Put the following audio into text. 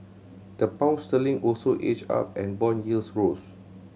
the Pound sterling also edged up and bond yields rose